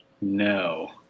No